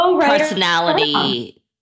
personality